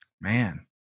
Man